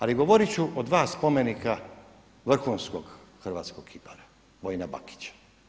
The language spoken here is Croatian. Ali govorit ću o dva spomenika vrhunskog hrvatskog kipara Vojina Bakića.